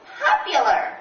popular